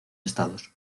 estados